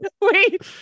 wait